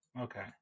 Okay